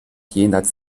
jenseits